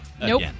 Nope